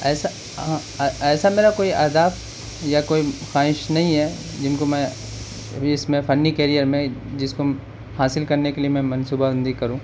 ایسا ہاں ایسا لگا کوئی اہداف یا کوئی خواہش نہیں ہے جن کو میں بھی اس میں فنی کیرئیر میں جس کو حاصل کرنے کے لیے میں منصوبہ بندی کروں